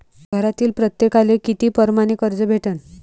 घरातील प्रत्येकाले किती परमाने कर्ज भेटन?